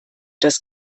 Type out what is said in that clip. das